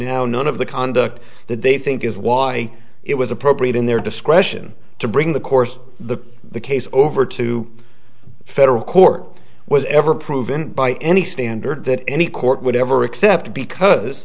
now none of the conduct that they think is why it was appropriate in their discretion to bring the course the the case over to federal court was ever proven by any standard that any court would ever accept because